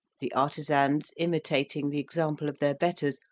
the artisans, imitating the example of their betters,